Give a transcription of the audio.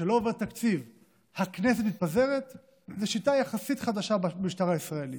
שכשלא עובר תקציב הכנסת מתפזרת זאת שיטה יחסית חדשה במשטר הישראלי.